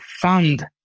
fund